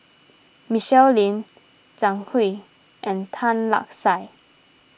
Michelle Lim Zhang Hui and Tan Lark Sye